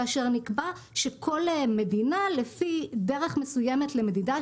כאשר נקבע שכל מדינה לפי דרך מסוימת למדידה,